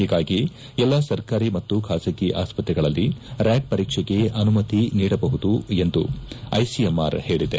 ಹೀಗಾಗಿ ಎಲ್ಲಾ ಸರ್ಕಾರಿ ಮತ್ತು ಖಾಸಗಿ ಆಸ್ತತೆಗಳಲ್ಲಿ ರ್ನಾಟ್ ಪರೀಕ್ಷೆಗೆ ಅನುಮತಿ ನೀಡಬಹುದು ಎಂದು ಐಸಿಎಂಆರ್ ಹೇಳಿದೆ